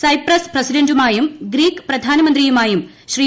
Cyprus പ്രസിഡന്റുമായും Greek പ്രധാനമന്ത്രിയുമായും ശ്രീ